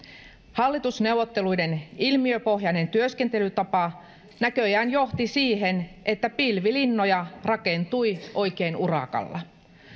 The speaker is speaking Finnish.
hallitusneuvotteluiden ilmiöpohjainen työskentelytapa näköjään johti siihen että pilvilinnoja rakentui oikein urakalla